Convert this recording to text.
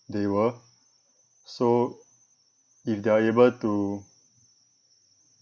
they were so if they are able to